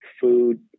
food